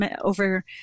over